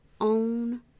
own